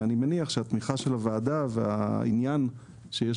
ואני מניח שהתמיכה של הוועדה והעניין שיש